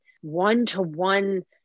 one-to-one